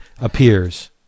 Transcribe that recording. appears